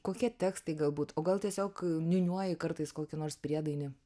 kokie tekstai galbūt o gal tiesiog niūniuoji kartais kokį nors priedainį